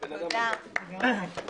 תודה רבה,